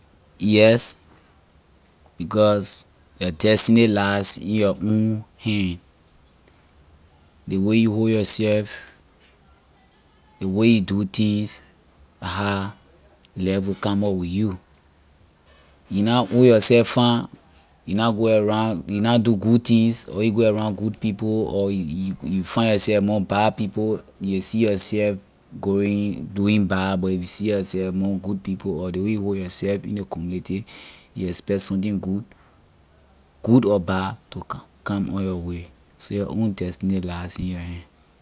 Yes because your destiny lie in your own hand ley way you hold yourself ley way you do thing la how life will come up with you. you na hold yourself fine you na go around you na do good things or you na go around good people or you you you find yourself among bad people you will see yourself going doing bad but if you see yourself among good people or ley way you hold yourself in ley community you expect something good good or bad to come on your way so your own destiny lie in your hand.